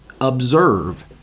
observe